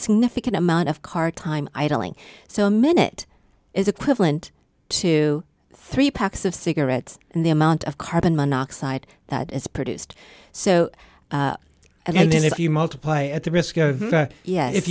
significant amount of car time idling so a minute is equivalent to three packs of cigarettes and the amount of carbon monoxide that is produced so and if you multiply at the risk of yeah if